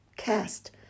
Cast